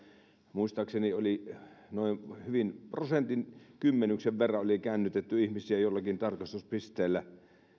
muistaakseni oli noin prosentin kymmenyksen verran käännytetty ihmisiä joillakin tarkastuspisteillä